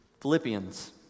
philippians